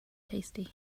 tasty